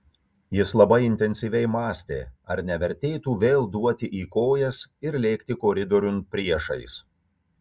jis labai intensyviai mąstė ar nevertėtų vėl duoti į kojas ir lėkti koridoriun priešais